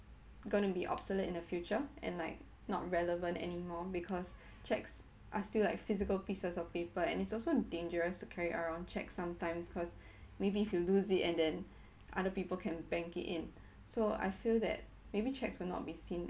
gonna be obsolete in the future and like not relevant anymore because cheques are still like physical pieces of paper and is also dangerous to carry around cheques sometimes because maybe if you lose it and then other people can bank it in so I feel that maybe cheques will not be seen